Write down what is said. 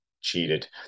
Cheated